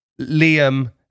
Liam